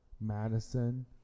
Madison